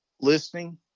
Listening